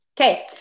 okay